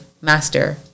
Master